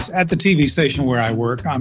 at the tv station where i work, um